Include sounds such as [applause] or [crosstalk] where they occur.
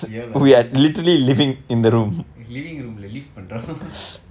you all are living room இல்ல:illa live பன்றோம்:pandroam [laughs]